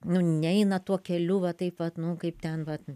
nu neina tuo keliu va taip vat nu kaip ten vat